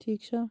ٹھیٖک چھا